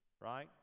right